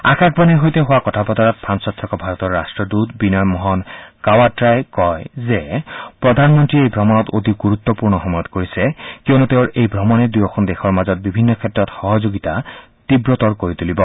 আকাশবাণীৰ সৈতে হোৱা কথা বতৰাত ফ্ৰালত থকা ভাৰতৰ ৰাট্ৰদূত বিনয় মোহন কাৱাটাই কয় যে প্ৰধানমন্ত্ৰীয়ে এই ভ্ৰমণ অতি গুৰুত্বপূৰ্ণ সময়ত কৰিছে কিয়নো তেওঁৰ এই ভ্ৰমণে দুয়োখন দেশৰ মাজত বিভিন্ন ক্ষেত্ৰত সহযোগিতা তীৱতৰ কৰি তূলিব